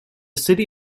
city